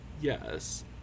Yes